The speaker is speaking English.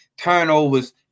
turnovers